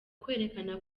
kwerekana